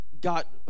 got